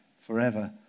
forever